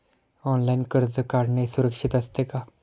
Online कर्ज काढणे सुरक्षित असते का?